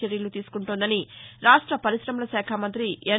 చర్యలు తీసుకుంటోందని రాష్ట పరిశమల శాఖ మంతి ఎన్